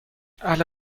اهل